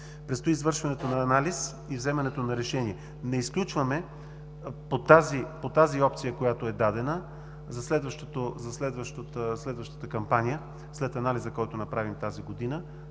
Предстои извършването на анализ и вземането на решение. Не изключваме по тази опция, която е дадена за следващата кампания, след анализа, който направим тази година,